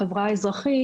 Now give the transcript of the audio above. החברה האזרחית,